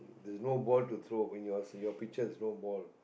there's no ball to throw when your pitcher has no ball